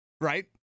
Right